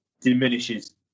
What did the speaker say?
diminishes